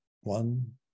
one